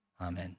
Amen